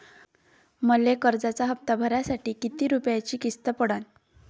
मले कर्जाचा हप्ता भरासाठी किती रूपयाची किस्त पडन?